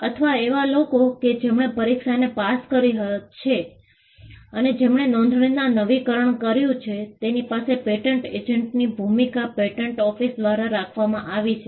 તથા એવા લોકો કે જેમણે પરીક્ષાને પાસ કરી છે અને જેમણે તેમના નોંધણીનું નવીકરણ કર્યું છે તેની માટે પેટન્ટ એજન્ટની ભૂમિકા પેટન્ટ ઓફિસ દ્વારા રાખવામાં આવી છે